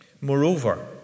Moreover